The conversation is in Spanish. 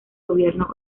gobierno